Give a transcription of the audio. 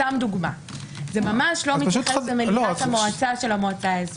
זה ממש לא מתייחס למועצה האזורית.